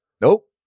nope